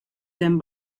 them